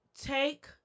take